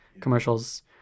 commercials